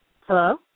Hello